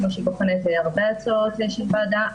כמו שהיא בוחנת הרבה הצעות של ועדה,